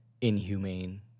inhumane